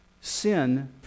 Sin